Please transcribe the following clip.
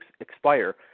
expire